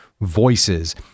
voices